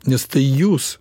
nes tai jūs